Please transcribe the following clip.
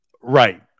Right